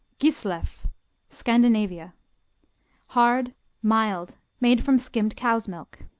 gislev scandinavia hard mild, made from skimmed cow's milk.